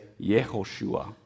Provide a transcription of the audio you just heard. Yehoshua